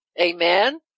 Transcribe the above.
Amen